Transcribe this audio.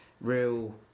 real